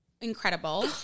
incredible